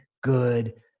good